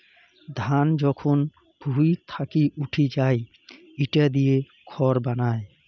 ধান যখন ভুঁই থাকি উঠি যাই ইটা দিয়ে খড় বানায়